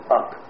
up